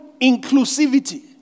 inclusivity